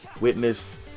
witness